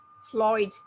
Floyd